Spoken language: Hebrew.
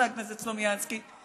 חבר הכנסת סלומינסקי?